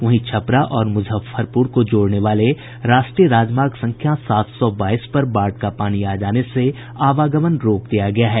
वहीं छपरा और मुजफ्फरपुर को जोड़ने वाले राष्ट्रीय राजमार्ग संख्या सात सौ बाईस पर बाढ़ का पानी आ जाने से आवागमन रोक दिया गया है